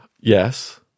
Yes